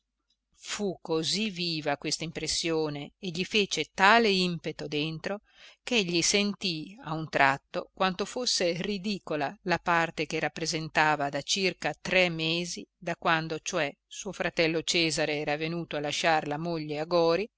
fu così viva questa impressione e gli fece tale impeto dentro ch'egli sentì a un tratto quanto fosse ridicola la parte che rappresentava da circa tre mesi da quando cioè suo fratello cesare era venuto a lasciar la moglie a gori